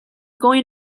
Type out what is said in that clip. going